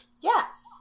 Yes